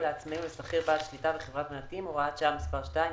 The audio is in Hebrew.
לעצמאי ולשכיר בעל שליטה בחברת מעטים) (הוראת שעה מס' 2),